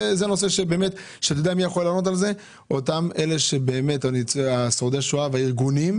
מי שבאמת יכול לענות על השאלה שלי זה שורדי השואה והארגונים.